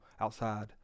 outside